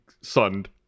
sunned